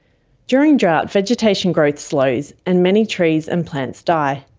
during drought, vegetation growth slows and many trees and plants die.